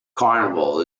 carnival